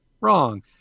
wrong